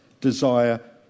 desire